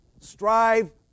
Strive